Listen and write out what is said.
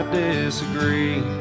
disagree